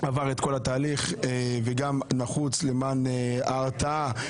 זה עבר את כל התהליך וגם נחוץ למען ההרתעה